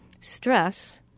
stress